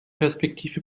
perspektive